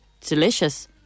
delicious